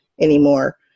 anymore